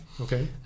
Okay